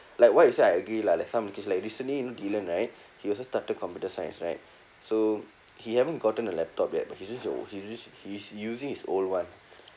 like what you say I agree lah like some case recently you know dylan right he also started computer science right so he haven't gotten a laptop yet but he's just he's just he's using his old one